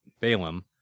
Balaam